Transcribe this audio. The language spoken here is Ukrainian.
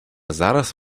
зараз